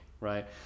right